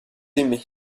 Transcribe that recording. aimé